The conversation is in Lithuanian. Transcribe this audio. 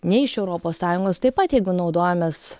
ne iš europos sąjungos taip pat jeigu naudojamės